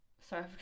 Sorry